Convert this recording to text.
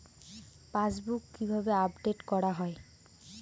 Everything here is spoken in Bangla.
পাশবুক কিভাবে আপডেট করা হয়?